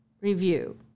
review